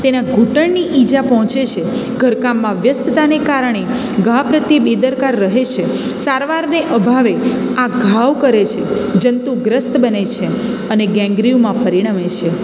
તેના ઘૂંટણની ઈજા પહોંચે છે ઘરકામમાં વ્યસ્તતાને કારણે ઘા પ્રત્યે બેદરકાર રહેશે સારવારને અભાવે આ ઘાવ કરે છે જંતુગ્રસ્ત બને છે અને ગેંગરીનમાં પરિણામે છે